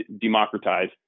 democratize